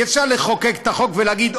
אי-אפשר לחוקק את החוק ולהגיד,